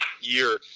year